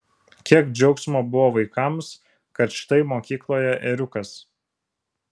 kiek džiaugsmo buvo vaikams kad štai mokykloje ėriukas